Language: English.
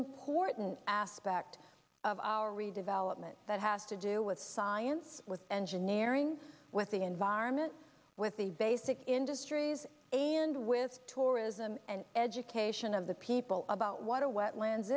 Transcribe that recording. important aspect of our redevelopment that has to do with science with engineering with the environment with the basic industries a and with tourism and education of the people about what our wetlands